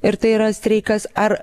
ir tai yra streikas ar